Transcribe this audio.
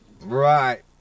Right